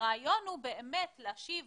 הרעיון הוא להשיב